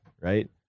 right